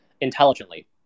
intelligently